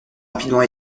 rapidement